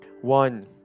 One